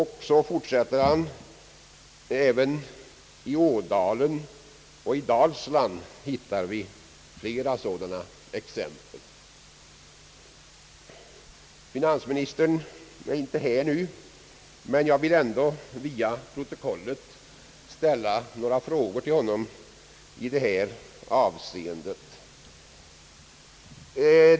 Han fortsatte: »Ääven i Ådalen och i Dalsland hittar vi flera sådana exempel.» Finansministern är inte närvarande nu, men jag vill ändå via protokollet ställa några frågor till honom i detta avseende.